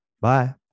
Bye